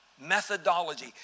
Methodology